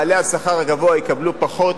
בעלי השכר הגבוה יקבלו פחות.